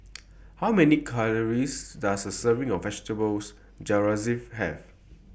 How Many Calories Does A Serving of Vegetable Jalfrezi Have